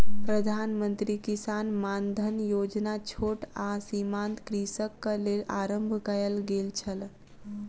प्रधान मंत्री किसान मानधन योजना छोट आ सीमांत कृषकक लेल आरम्भ कयल गेल छल